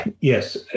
Yes